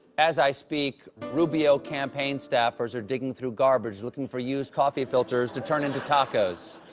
as i speak, rubio campaign staffers are digging through garbage looking for used coffee filters to turn into tacos.